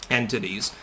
entities